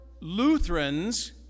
Lutherans